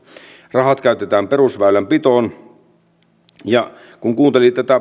rahat käytetään perusväylänpitoon kun kuuntelin tätä